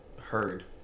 Heard